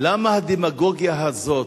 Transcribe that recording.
למה הדמגוגיה הזאת?